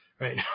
right